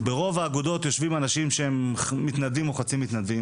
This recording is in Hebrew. ברוב האגודות יושבים אנשים שהם מתנדבים או חצי מתנדבים